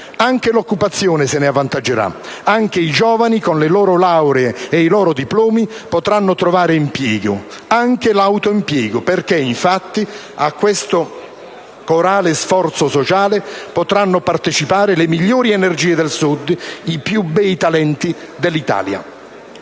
Anche l'occupazione se ne avvantaggerà e i giovani, con le loro lauree e i loro diplomi, potranno trovare impiego, anche l'autoimpiego, perché a questo corale sforzo sociale potranno partecipare le migliori energie del Sud, i più bei talenti d'Italia.